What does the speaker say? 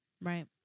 Right